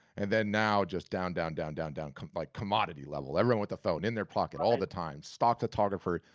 and then now, just down, down, down, down, down, like commodity level. everyone with the phone in their pocket all the time, stock photographer.